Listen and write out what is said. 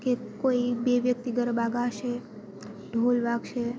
કે કોઈ બે વ્યક્તિ ગરબા ગાશે ઢોલ વાગશે